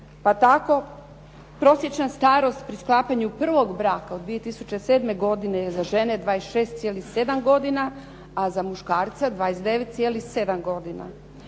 pa tako prosječna starost pri sklapanju prvog braka u 2007. godini je 26,7 godina a za muškarca 29,7 godina.